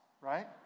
right